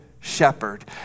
shepherd